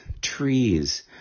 trees